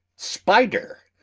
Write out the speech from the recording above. spider,